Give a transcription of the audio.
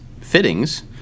fittings